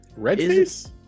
Redface